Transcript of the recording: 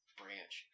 branch